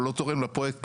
הוא לא תורם לפרויקט כלום,